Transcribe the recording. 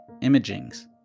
imagings